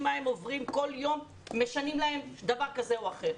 מה הם עוברים כל יום כאשר משנים להם דבר כזה או אחר.